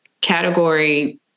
category